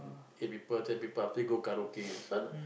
eight people ten people after go karaoke this one